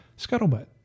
Scuttlebutt